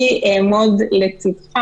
אני אעמוד לצדך